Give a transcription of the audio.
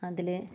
അതില്